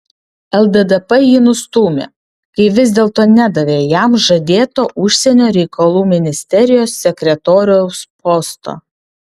lddp jį nustūmė kai vis dėlto nedavė jam žadėto užsienio reikalų ministerijos sekretoriaus posto